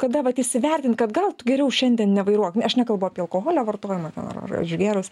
kada vat įsivertint kad gal tu geriau šiandien nevairuok aš nekalbu apie alkoholio vartojimą ten ar ar išgėrus